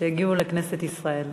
שהגיעו לכנסת ישראל.